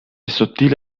sottile